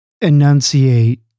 enunciate